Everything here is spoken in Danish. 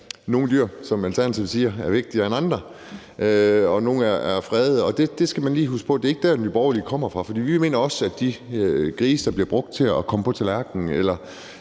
nogle dyr, som Alternativet også siger, er vigtigere end andre, og at andre dyr er fredede. Der skal man lige huske på, at det ikke er derfra, Nye Borgerlige kommer. For vi mener også, at de grise, der bliver brugt til at komme på tallerkenen,